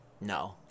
No